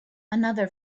another